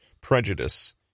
Prejudice